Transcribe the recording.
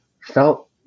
felt